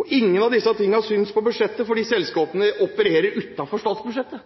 og ingen av disse tingene synes på budsjettet, fordi selskapene opererer utenfor statsbudsjettet.